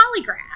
polygraph